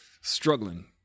struggling